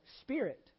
spirit